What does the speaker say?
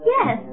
Yes